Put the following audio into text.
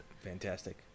fantastic